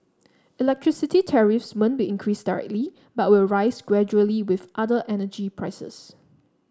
electricity tariffs won't be increased directly but will rise gradually with other energy prices